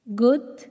good